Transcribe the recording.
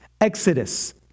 Exodus